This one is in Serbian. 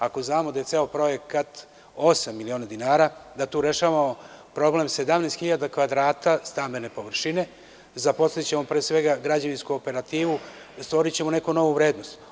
Ako znamo da je ceo projekat osam miliona dinara, da tu rešavamo problem 17 hiljada kvadrata stambene površine, zaposlićemo pre svega građevinsku operativu, stvorićemo neku novu vrednost.